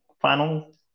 final